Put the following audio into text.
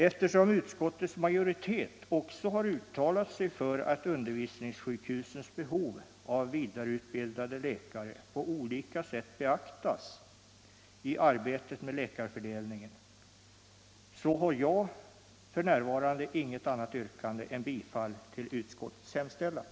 Eftersom utskottets majoritet också har uttalat sig för att undervisningssjukhusens behov av vidareutbildade läkare på olika sätt beaktas i arbetet med läkarfördelningen har jag inget annat yrkande än bifall till utskottets hemställan.